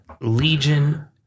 legion